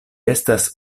estas